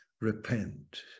repent